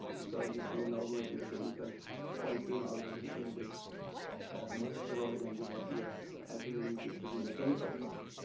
because you see the normally the chemical pulping always the yield is much lower than the what you are having in the case of ah the mechanical pulping,